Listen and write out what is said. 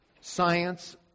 science